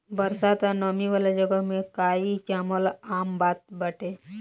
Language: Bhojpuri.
बरसात आ नमी वाला जगह में काई जामल आम बात बाटे